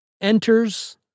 enters